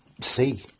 see